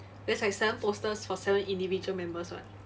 there's like seven posters for seven individual members [what]